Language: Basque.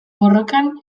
borrokan